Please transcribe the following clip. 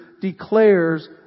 declares